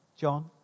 John